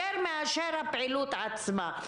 יותר מהפעילות עצמה.